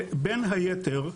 בין היתר,